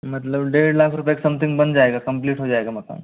मतलब डेढ़ लाख रुपये के समथिंग बन जायेगा कंप्लीट हो जायेगा मकान